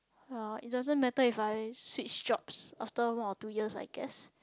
ya it doesn't matter if I switch jobs after one or two year I guess